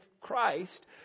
Christ